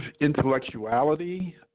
intellectuality